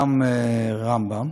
גם רמב"ם